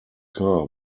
car